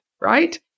right